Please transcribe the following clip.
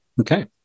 Okay